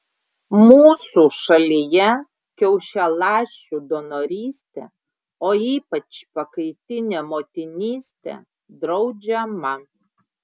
mūsų šalyje kiaušialąsčių donorystė o ypač pakaitinė motinystė draudžiama